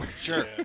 Sure